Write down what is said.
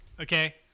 okay